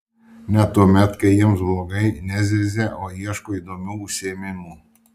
net tuomet kai jiems blogai nezyzia o ieško įdomių užsiėmimų